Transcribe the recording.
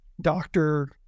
doctor